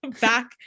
back